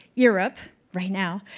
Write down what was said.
europe right now,